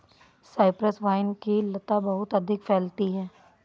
Cyprus vine की लता बहुत अधिक फैलती है